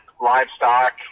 livestock